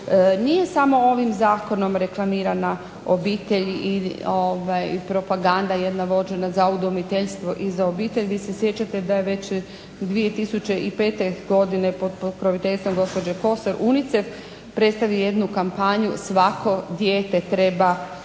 Nije samo ovim zakonom reklamirana obitelj i propaganda jedna vođena za udomiteljstvo i za obitelj. Vi se sjećate da je već 2005. godine pod pokroviteljstvom gospođe Kosor UNICEF predstavio jednu kampanju "svatko dijete treba obitelj".